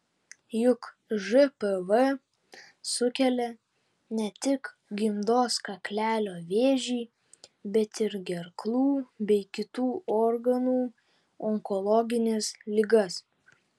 juk žpv sukelia ne tik gimdos kaklelio vėžį bet ir gerklų bei kitų organų onkologines ligas